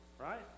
Right